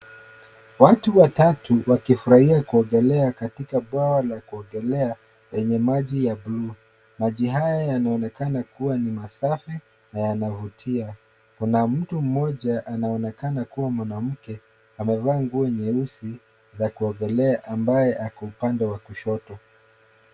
Watu watatu wakifurahia kuogelea katika bwawa la kuogelea lenye maji ya buluu. Maji haya yanaonekana kuwa ni masafi na yanavutia. Kuna mtu mmoja anaonekana kuwa mwanamke, amevaa nguo nyeusi za kuogelea ambaye ako upande wa kushoto.